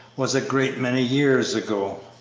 was a great many years ago.